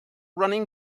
running